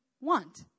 want